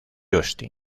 austin